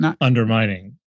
undermining